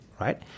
right